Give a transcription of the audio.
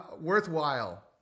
worthwhile